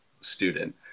student